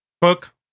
book